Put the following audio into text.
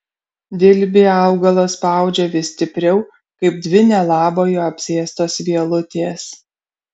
dilbį augalas spaudžia vis stipriau kaip dvi nelabojo apsėstos vielutės